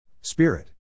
Spirit